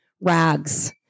rags